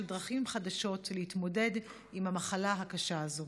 דרכים חדשות להתמודד עם המחלה הקשה הזאת.